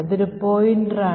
അത് ഒരു പോയിന്റാണ്